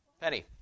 Penny